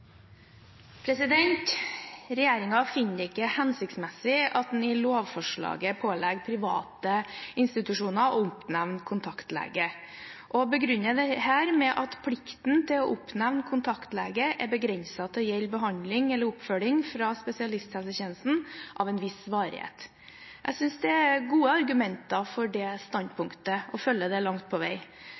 finner det ikke hensiktsmessig at det nye lovforslaget pålegger private institusjoner å oppnevne kontaktlege, og begrunner dette med at plikten til å oppnevne kontaktlege er begrenset til å gjelde «behandling eller oppfølging fra spesialisthelsetjenesten av en viss varighet». Jeg synes det er gode argumenter for det standpunktet, og følger det langt på vei.